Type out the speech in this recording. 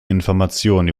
informationen